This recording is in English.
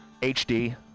HD